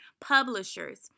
publishers